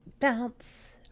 bounce